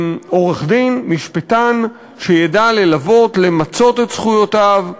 עורך-דין, משפטן, שידע ללוות, למצות את זכויותיו,